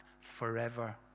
forever